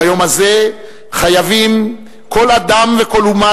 ביום הזה חייבים כל אדם וחייבת כל אומה